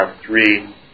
three